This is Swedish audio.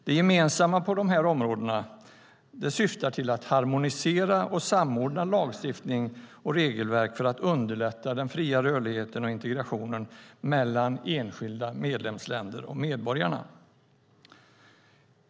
Det gemensamma på dessa områden syftar till att harmonisera och samordna lagstiftning och regelverk för att underlätta den fria rörligheten och integrationen mellan enskilda medlemsländer och medborgarna.